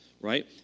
right